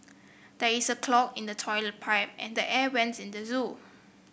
there is a clog in the toilet pipe and the air vents in the zoo